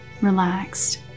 relaxed